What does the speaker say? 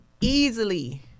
easily